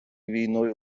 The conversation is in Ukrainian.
війною